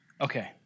Okay